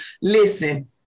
listen